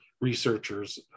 researchers